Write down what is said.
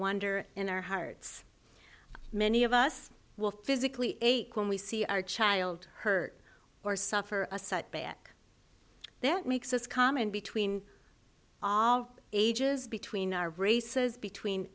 wonder in our hearts many of us will physically when we see our child hurt or suffer a setback makes us common between all ages between our races between